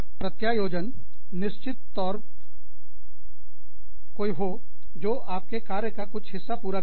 प्रत्यायोजन निश्चित तौर कोई हो जो आपके कार्य का कुछ हिस्सा को पूरा करें